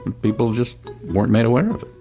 people just weren't made aware of it.